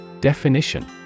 Definition